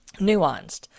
nuanced